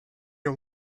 you